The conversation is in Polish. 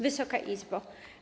Wysoka Izbo!